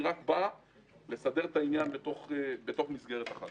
אני רק בא לסדר את העניין בתוך מסגרת אחת.